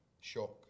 shock